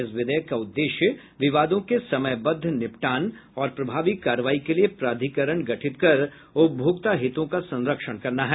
इस विधेयक का उद्देश्य विवादों के समयबद्ध निपटान और प्रभावी कार्रवाई के लिए प्राधिकरण गठित कर उपभोक्ता हितों का संरक्षण करना है